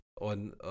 on